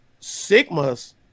Sigmas